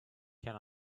can